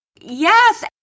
Yes